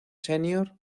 senior